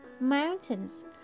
mountains